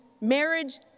marriage